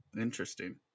Interesting